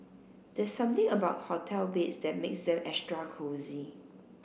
there's something about hotel beds that makes them extra cosy